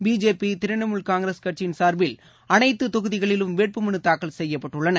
BJP Trinamool Congress கட்சியின் சார்பில் அனைத்துதொகுதிகளிலும் வேட்புமனுதாக்கல் செய்யப்பட்டுள்ளன